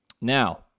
Now